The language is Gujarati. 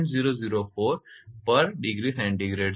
004 per °𝐶 છે